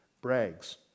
brags